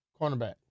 Cornerback